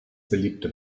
beliebte